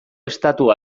estatu